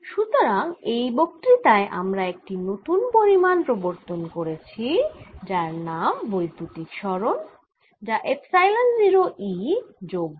সুতরাং এই বক্তৃতায় আমরা একটি নতুন পরিমাণ প্রবর্তন করেছি যার নাম বৈদ্যুতিক সরণ যা এপসাইলন 0 E যোগ P